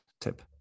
tip